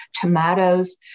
tomatoes